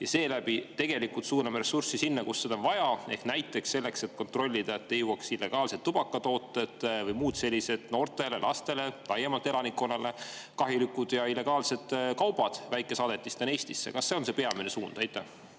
ja seeläbi tegelikult suuname ressurssi sinna, kus seda on vaja, näiteks kontrollima, et illegaalsed tubakatooted või muud sellised noortele, lastele ja laiemalt elanikkonnale kahjulikud ja illegaalsed kaubad ei jõuaks väikesaadetistena Eestisse? Kas see on peamine suund? Aitäh!